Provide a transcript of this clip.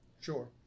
Sure